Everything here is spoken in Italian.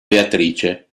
beatrice